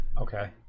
Okay